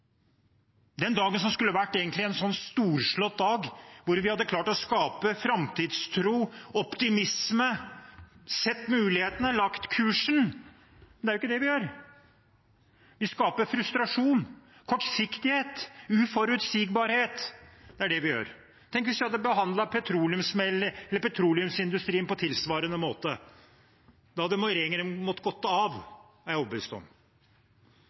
den dagen som egentlig skulle vært en storslått dag, da vi hadde klart å skape framtidstro, optimisme, sett mulighetene, lagt kursen? Men det er ikke det vi gjør. Vi skaper frustrasjon, kortsiktighet og uforutsigbarhet. Det er det vi gjør. Tenk hvis vi hadde behandlet petroleumsindustrien på tilsvarende måte! Da hadde regjeringen måttet gå av, det er jeg overbevist om.